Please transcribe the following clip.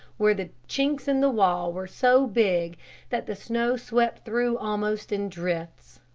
where the chinks in the wall were so big that the snow swept through almost in drifts.